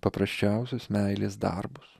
paprasčiausius meilės darbus